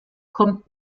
kommt